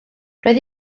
roedd